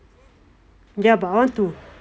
ya but I want to